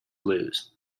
lose